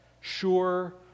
sure